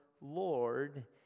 Lord